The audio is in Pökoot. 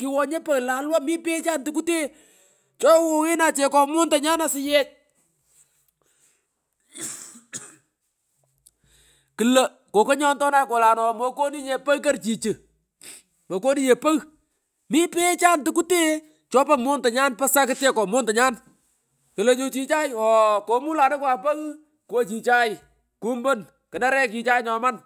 kiwonya pogh lalwa mi poghechan tute choghoghenan chekomontonyan asuyech uuh uhu uhu kla kakonyonyonay kolano mokonunyinye pagh kor chichu mghh mokonunyinye pagh mi poghechan tuktee chopo montonyan pa sakutyeko montonyan klo nyu chichay ooh komulanukwa pagh kuwo chichay kumpon knarech chichay nyoman.